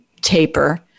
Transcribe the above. taper